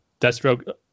Deathstroke